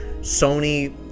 Sony